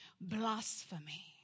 blasphemy